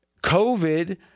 COVID